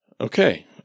okay